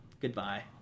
goodbye